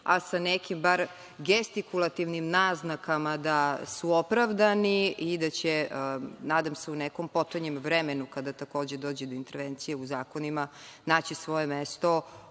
ali sa nekim bar gestikulativnim naznakama da su opravdani i da će, nadam se u nekom potonjem vremenu, kada takođe dođe do intervencije u zakonima, naći svoje mesto